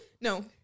No